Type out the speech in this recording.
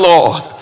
Lord